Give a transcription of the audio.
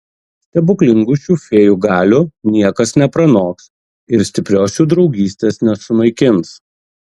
stebuklingų šių fėjų galių niekas nepranoks ir stiprios jų draugystės nesunaikins